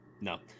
No